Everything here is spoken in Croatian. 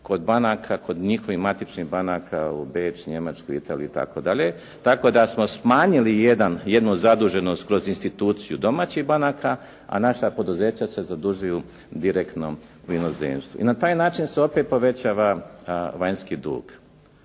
kod banaka, kod njihovih matičnih banaka u Beč, Njemačku, Italiju itd. tako da smo smanjili jednu zaduženost kroz instituciju domaćih banaka, a naša poduzeća se zadužuju direktno u inozemstvu i na taj način se opet povećava vanjski dug.